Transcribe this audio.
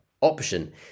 option